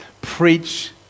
preach